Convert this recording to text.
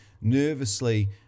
nervously